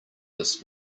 this